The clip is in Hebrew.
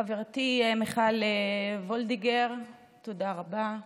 חברתי מיכל וולדיגר, תודה רבה,